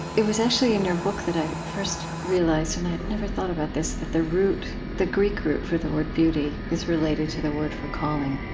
it was actually in your book that i first realized, and i had never thought about this, that the root the greek root for the word beauty is related to the word for calling,